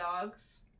dogs